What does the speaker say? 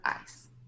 ice